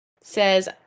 says